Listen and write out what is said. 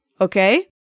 Okay